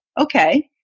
okay